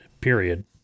period